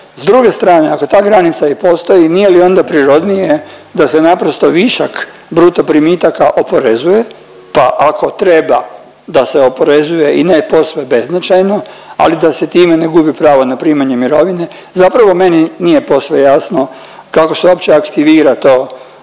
S druge strane, ako ta granica i postoji nije li onda prirodnije da se naprosto višak bruto primitaka oporezuje, pa ako treba da se oporezuje i ne posve beznačajno, ali da se time ne gubi pravo na primanje mirovine zapravo meni nije posve jasno kako se uopće aktivira to